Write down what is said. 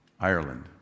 Ireland